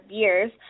years